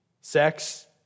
sex